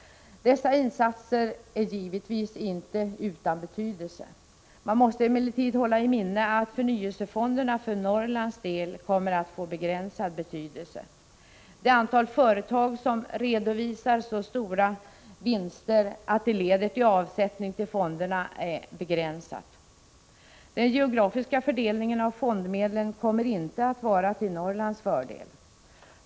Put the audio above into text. Dessa insatser är givetvis inte utan betydelse. Man måste emellertid hålla i minnet att förnyelsefonderna för Norrlands del kommer att få begränsad betydelse. Det antal företag som redovisar så stora vinster att det leder till avsättning till fonderna är begränsat. Den geografiska fördelningen av fondmedlen kommer inte att vara till Norrlands fördel.